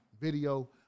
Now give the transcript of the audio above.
video